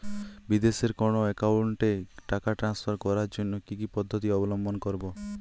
বিদেশের কোনো অ্যাকাউন্টে টাকা ট্রান্সফার করার জন্য কী কী পদ্ধতি অবলম্বন করব?